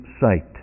sight